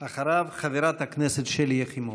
אחריו חברת הכנסת שלי יחימוביץ'.